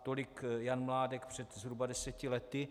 Tolik Jan Mládek před zhruba deseti lety.